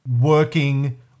working